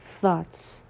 thoughts